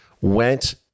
went